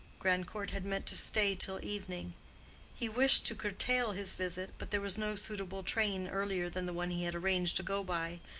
grandcourt had meant to stay till evening he wished to curtail his visit, but there was no suitable train earlier than the one he had arranged to go by,